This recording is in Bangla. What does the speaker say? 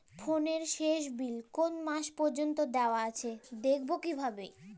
ফোনের শেষ বিল কোন মাস পর্যন্ত দেওয়া আছে দেখবো কিভাবে?